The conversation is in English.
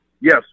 Yes